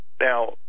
Now